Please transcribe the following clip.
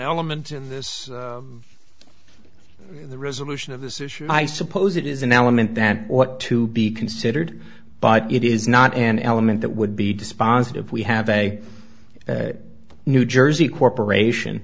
element in this the resolution of this issue i suppose it is an element that ought to be considered but it is not an element that would be dispositive we have a new jersey corporation